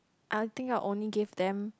I think I will only give them